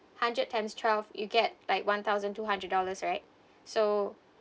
hundred times twelve you get like one thousand two hundred dollars right so